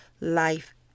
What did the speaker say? life